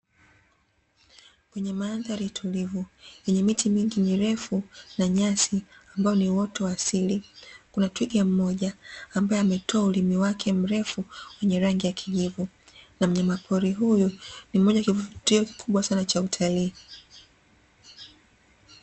Kwenye mandhari tulivu yenye miti mingi mirefu na nyasi ambao ni uoto wa asili, kuna twiga mmoja ambaye ametoa ulimi wake mrefu wenye rangi ya kijivu, na mnyama pori huyo ni mmoja wa kivutio kikubwa sana cha utalii.